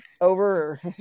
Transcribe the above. over